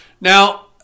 Now